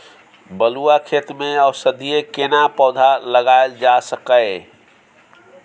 बलुआ खेत में औषधीय केना पौधा लगायल जा सकै ये?